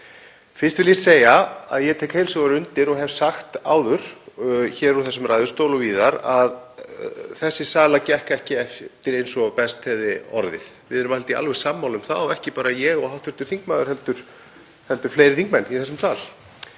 Fyrst vil ég segja að ég tek heils hugar undir, og ég hef sagt það áður úr þessum ræðustól og víðar, að þessi sala gekk ekki eftir eins og best hefði orðið. Við erum, held ég, alveg sammála um það og ekki bara ég og hv. þingmaður heldur fleiri þingmenn í þessum sal.